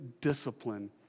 discipline